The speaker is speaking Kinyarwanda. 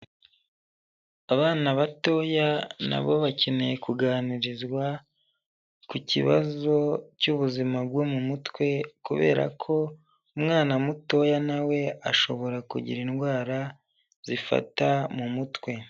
Abana batoya nabo bakeneye kuganirizwa ku kibazo cy'ubuzima bwo mu mutwe, kubera ko umwana mutoya nawe ashobora kugira indwara zifata mu mutwe.